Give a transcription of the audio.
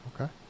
Okay